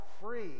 free